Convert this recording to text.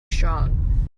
strong